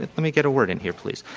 let me get a word in here, please.